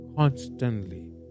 Constantly